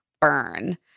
burn